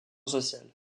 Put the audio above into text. sociale